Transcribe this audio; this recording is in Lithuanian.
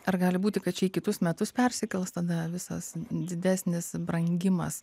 ar gali būti kad čia į kitus metus persikels tada visas didesnis brangimas